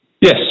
Yes